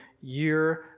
year